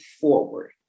forward